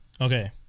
Okay